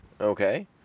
okay